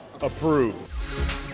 approved